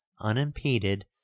unimpeded